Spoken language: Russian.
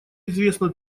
известно